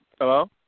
Hello